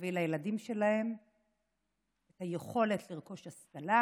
להביא לילדים שלהם את היכולת לרכוש השכלה,